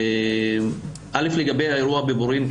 א' לגבי האירוע בבורין,